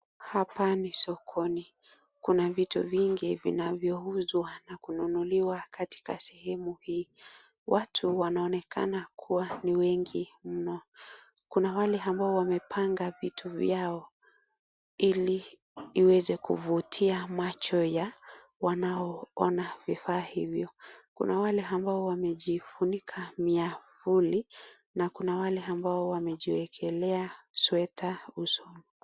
Hapa ni sokoni kuna vitu vingi vinavyouzwa na kununuliwa katika sehemu hii. Watu wanaonekana kuwa ni wengi mno kuna wale wamepanga vitu vyao ili iweze kuvutia macho ya wanaoona vifaa hivyo. Kuna wale ambao wamejifunika miavuli na kuna wale ambao wamejiwekelea sweta usoni.